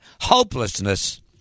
hopelessness